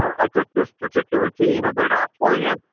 i took this particular team and they're not playing. and